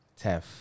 Tef